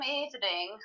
evening